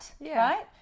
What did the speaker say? right